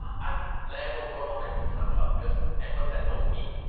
i've never worked on a full-time job, because everyone said no to me,